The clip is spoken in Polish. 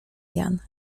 jan